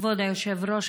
כבוד היושב-ראש,